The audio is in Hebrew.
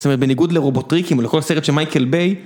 זאת אומרת בניגוד לרובוטריקים ולכל סרט של מייקל ביי